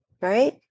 right